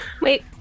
Wait